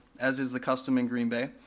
as is the custom in green bay.